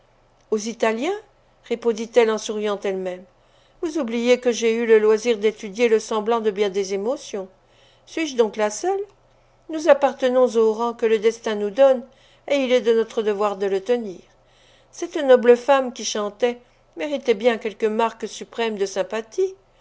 aux italiens répondit-elle en souriant elle-même vous oubliez que j'ai eu le loisir d'étudier le semblant de bien des émotions suis-je donc la seule nous appartenons au rang que le destin nous donne et il est de notre devoir de le tenir cette noble femme qui chantait méritait bien quelques marques suprêmes de